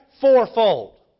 fourfold